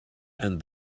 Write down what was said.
and